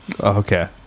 Okay